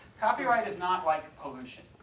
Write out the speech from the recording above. copyright is not like pollution,